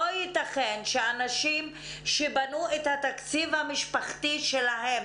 לא יתכן שאנשים שבנו את התקציב המשפחתי שלהם